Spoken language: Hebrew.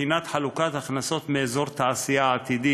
בחינת חלוקת הכנסות מאזור תעשייה עתידי,